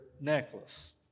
necklace